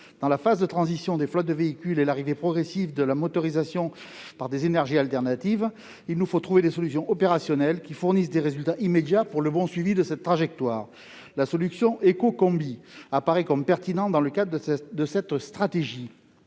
Dans la phase de transition des flottes de véhicules, avec l'arrivée progressive de motorisations à énergies alternatives, il nous faut trouver des solutions opérationnelles qui fournissent des résultats immédiats pour le bon suivi de cette trajectoire. La solution éco-combi apparaît comme pertinente dans le cadre de cette stratégie.